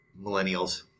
millennials